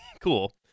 cool